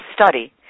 study